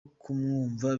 kumwumva